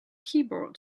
keyboard